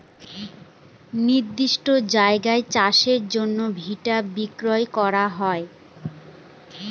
নির্দিষ্ট জায়গায় চাষের জন্য ভেড়া বিক্রি করা হয়